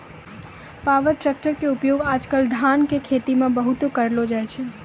power tractor के उपयोग आज कल धान के खेती मॅ बहुत करलो जाय छै